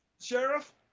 Sheriff